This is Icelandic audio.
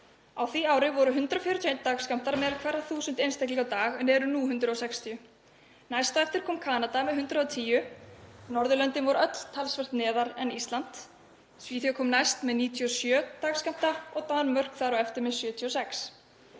Á því ári voru 141 dagskammtur miðað við hverja 1.000 einstaklinga á dag en eru nú 160. Næst á eftir kom Kanada með 110. Hin Norðurlöndin voru öll talsvert neðar en Ísland; Svíþjóð kom næst með 97 dagskammta og Danmörk þar á eftir með 76.